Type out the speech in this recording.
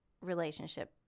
relationship